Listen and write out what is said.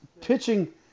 pitching